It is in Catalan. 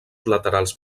laterals